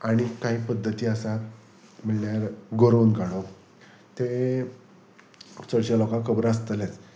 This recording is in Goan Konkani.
आनी कांय पद्दती आसात म्हणल्यार गोरोवन काळो ते चडशे लोकांक खबर आसतलेच